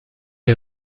est